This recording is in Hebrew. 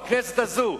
בכנסת הזאת,